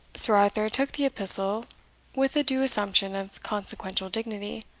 sir arthur took the epistle with a due assumption of consequential dignity.